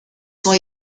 sont